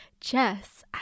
Jess